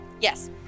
Yes